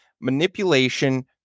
manipulation